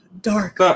Dark